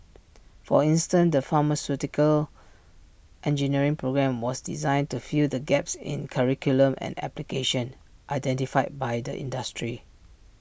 for instance the pharmaceutical engineering programme was designed to fill the gaps in curriculum and application identified by the industry